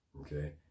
okay